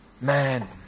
Man